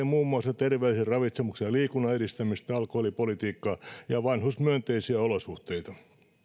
muun muassa terveyden ravitsemuksen ja liikunnan edistämistä alkoholipolitiikkaa ja vanhusmyönteisiä olosuhteita